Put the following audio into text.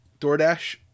DoorDash